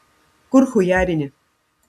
kur chujarini